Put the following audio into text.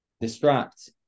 distract